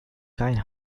kind